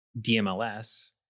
DMLS